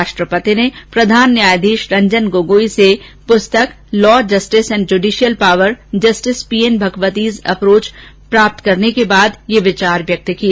राष्ट्रपति ने प्रधान न्यायाधीश रंजन गोगोई से पुस्तक law justice and judicial power justice P N Bhagwati's approach प्राप्त करने के बाद ये विचार व्यक्त किए